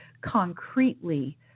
concretely